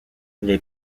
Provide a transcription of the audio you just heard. les